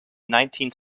nineteen